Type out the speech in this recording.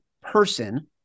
person